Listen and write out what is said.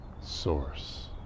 source